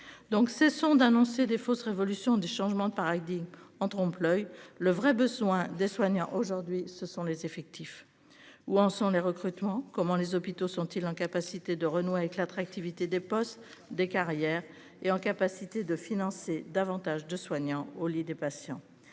Donc, cessons d'annoncer des fausses révolutions des changements par Reading en trompe-l'oeil. Le vrai besoin des soignants. Aujourd'hui ce sont les effectifs. Où en sont les recrutements comment les hôpitaux sont-ils en capacité de renouer avec l'attractivité des postes des carrières et en capacité de financer davantage de soignants au lit des patients.